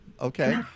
Okay